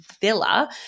Villa